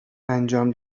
انجام